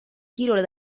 tiro